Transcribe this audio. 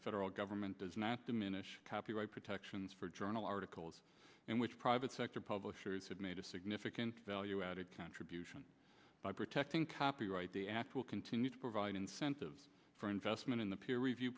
the federal government does not diminish copyright protections for journal articles in which private sector publishers have made a significant value contribution by protecting copyright the act will continue to provide incentives for investment in the peer review